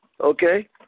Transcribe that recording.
Okay